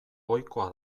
ohikoa